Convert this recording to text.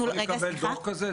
אנחנו יכולים לקבל דוח כזה?